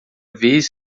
vez